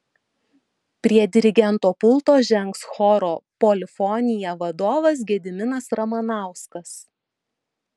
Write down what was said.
prie dirigento pulto žengs choro polifonija vadovas gediminas ramanauskas